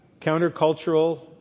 countercultural